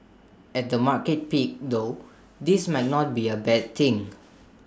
at the market peak though this might not be A bad thing